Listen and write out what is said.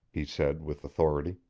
he said with authority.